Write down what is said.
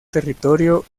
territorio